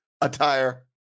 Attire